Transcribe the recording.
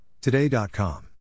Today.com